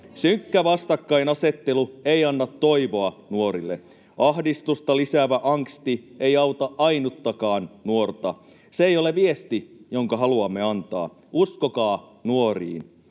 Synkkä vastakkainasettelu ei anna toivoa nuorille. Ahdistusta lisäävä angsti ei auta ainuttakaan nuorta. Se ei ole viesti, jonka haluamme antaa. Uskokaa nuoriin.